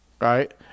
right